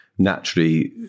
naturally